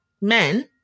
men